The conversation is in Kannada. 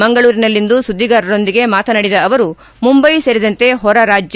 ಮಂಗಳೂರಿನಲ್ಲಿಂದು ಸುದ್ದಿಗಾರರೊಂದಿಗೆ ಮಾತನಾಡಿದ ಅವರು ಮುಂಬೈ ಸೇರಿದಂತೆ ಹೊರರಾಜ್ಯ